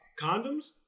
Condoms